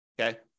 okay